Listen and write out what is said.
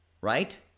right